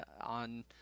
on